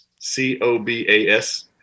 C-O-B-A-S